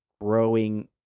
growing